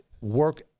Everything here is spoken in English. work